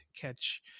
catch